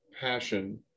passion